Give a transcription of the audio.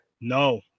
No